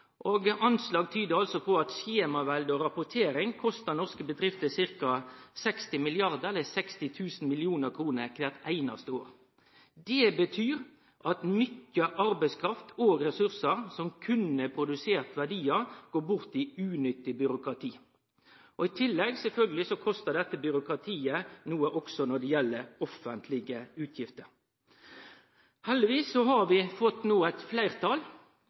og anslag tyder på at skjemavelde og rapportering kostar norske bedrifter ca. 60 mrd. kr – eller 60 000 mill. kr – kvart einaste år. Det betyr at mykje arbeidskraft og ressursar som kunne produsert verdiar, går bort i unyttig byråkrati. I tillegg kostar sjølvsagt dette byråkratiet noko når det gjeld offentlege utgifter. Heldigvis har vi no fått eit fleirtal